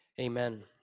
amen